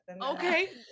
okay